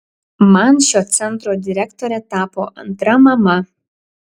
man šio centro direktorė tapo antra mama